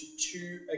two